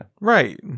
Right